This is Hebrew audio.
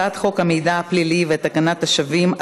הצעת חוק המידע הפלילי ותקנת השבים,